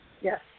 Yes